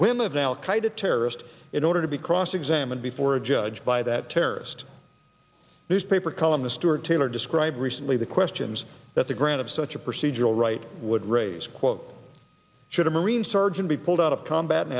qaeda terrorist in order to be cross examined before a judge by that terrorist newspaper columnist stuart taylor described recently the questions that the grant of such a procedural right would raise quote should a marine sergeant be pulled out of combat in